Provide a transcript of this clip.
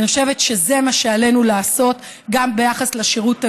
אני חושבת שזה מה שעלינו לעשות גם ביחס לשירות הלאומי-אזרחי.